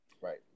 Right